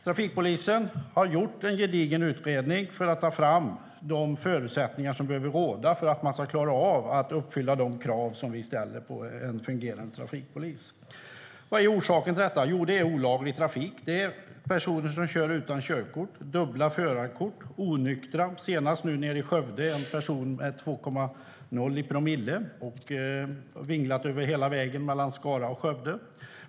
Trafikpolisen har gjort en gedigen utredning för att ta fram de förutsättningar som är nödvändiga för att man ska kunna uppfylla de krav som vi ställer på en fungerande trafikpolis. Vad är då orsaken till detta? Jo, det är olaglig trafik. Personer kör utan körkort, med dubbla förarkort eller kör onyktra. Senast i Skövde stoppades en person med 2,0 i promille. Föraren vinglade hela vägen mellan Skara och Skövde.